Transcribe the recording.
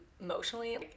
emotionally